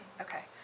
Okay